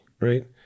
right